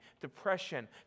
depression